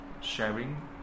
sharing